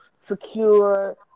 secure